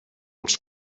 els